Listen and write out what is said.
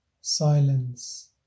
silence